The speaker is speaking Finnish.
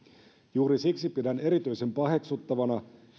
juuri siksi pidän erityisen paheksuttavana